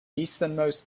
easternmost